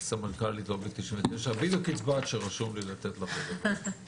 סמנכ"לית לובי 99. דובר פה על אנרגיות מתחדשות ועל המעבר אליהן,